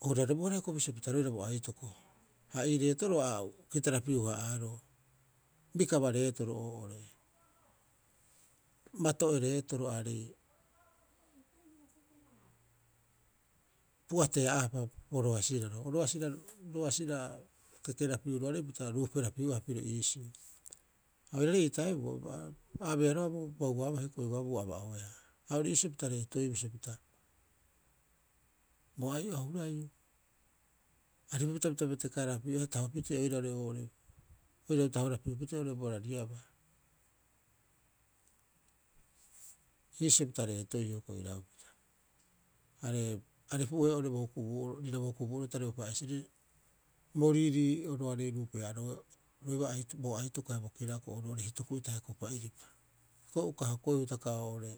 orurarebohara hioko'i bisio pita roira bo aitoko. Ha ii reetoroo ia kitarapiuhaa'aaroo. Bikaba retoro oo'ore ee, bato'e reetoroiaare pu'atea'aapa bo roairaro. Roasira kekerapiuroarei pita ruuperapiuaha iisio. Ha oiraarei ii taebuo, a abea roga'a bauaabaa heuaaboo hioko'i ua aba'oeaa. Ha ori iisio pita reetoiiu bisio pita bo ai'o a huraiiu, aripupita pita betekaarapiu'aha taho pitee oirare oo'ore oirau tahorapiupitee oo'ore barariabaa. Iisio pita reetoiiu hioko'i iraupita. Are aripu'ohe oo'ore riira bo hukubuu'oro bo pa'esirei bo riirii'oroare ruupehaaroeuba bo aitoko haia bo kirako'o roo ore hituku'ita haia kupa'iripa. Hioko'i uka hokoeu hitaka oo'ore.